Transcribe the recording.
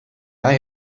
bij